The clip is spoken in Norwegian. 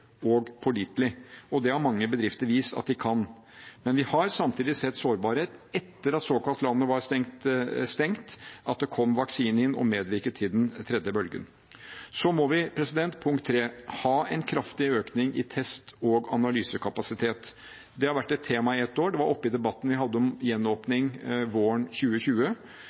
og pålitelig. Og dette har mange bedrifter vist at de kan. Men vi har samtidig sett sårbarhet etter at landet var såkalt stengt, at det kom smitte inn og medvirket til den tredje bølgen. Punkt 3. Vi må ha en kraftig økning i test- og analysekapasitet. Det har vært et tema i ett år, det var oppe i debatten vi hadde om gjenåpning våren 2020.